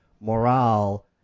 morale